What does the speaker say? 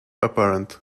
apparent